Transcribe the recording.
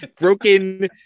broken